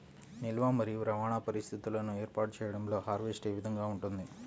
నిల్వ మరియు రవాణా పరిస్థితులను ఏర్పాటు చేయడంలో హార్వెస్ట్ ఏ విధముగా ఉంటుంది?